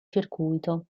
circuito